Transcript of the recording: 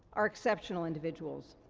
are exceptional individuals.